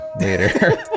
later